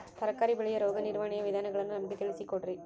ತರಕಾರಿ ಬೆಳೆಯ ರೋಗ ನಿರ್ವಹಣೆಯ ವಿಧಾನಗಳನ್ನು ನಮಗೆ ತಿಳಿಸಿ ಕೊಡ್ರಿ?